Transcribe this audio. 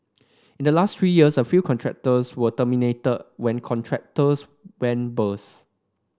in the last three years a few contracts were terminated when contractors went bust